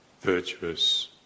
virtuous